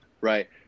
Right